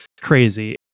crazy